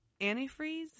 Antifreeze